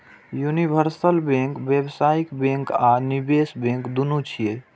universal bank व्यावसायिक bank आ निवेश बैंक, दुनू छियै